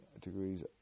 degrees